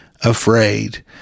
afraid